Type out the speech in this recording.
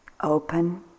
open